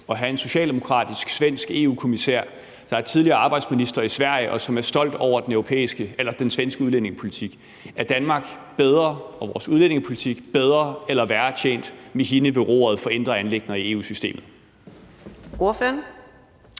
at have en socialdemokratisk svensk EU-kommissær, der er tidligere arbejdsminister i Sverige, og som er stolt over den svenske udlændingepolitik? Er Danmark og er vores udlændingepolitik bedre eller værre tjent med hende ved roret for indre anliggender i EU-systemet?